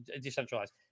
decentralized